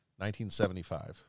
1975